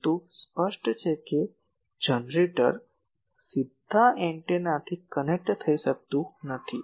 પરંતુ સ્પષ્ટ છે કે જનરેટર સીધા એન્ટેનાથી કનેક્ટ થઈ શકતું નથી